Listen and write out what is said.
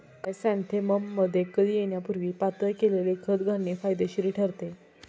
क्रायसॅन्थेमममध्ये कळी येण्यापूर्वी पातळ केलेले खत घालणे फायदेशीर ठरते